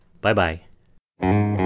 bye-bye